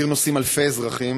בציר נוסעים אלפי אזרחים.